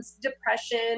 depression